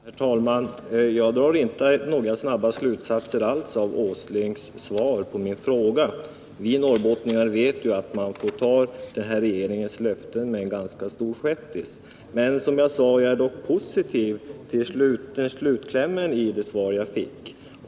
Herr talman! Jag drar inte alls några snabba slutsatser av Nils Åslings svar på min fråga. Vi norrbottningar vet ju att man får vara ganska skeptisk mot den här regeringens löften. Men jag är dock, som sagt, positiv till svarets slutkläm.